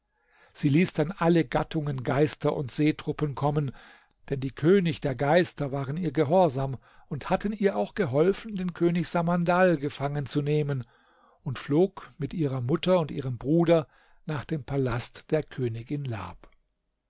sie ließ dann alle gattungen geister und seetruppen kommen denn die könig der geister waren ihr gehorsam und hatten ihr auch geholfen den könig samandal gefangenzunehmen und flog mir ihrer mutter und ihrem bruder nach dem palast der königin lab